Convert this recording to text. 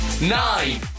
Nine